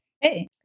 Hey